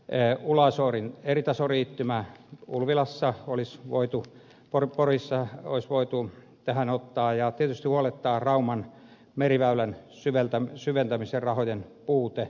toisaalta ulasoorin eritasoliittymä porissa olisi voitu tähän ottaa ja tietysti huolettaa rauman meriväylän syventämisen rahojen puute